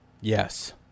Yes